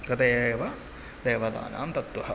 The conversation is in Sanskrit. तदेव देवतानां तत्त्वम्